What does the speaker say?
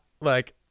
like-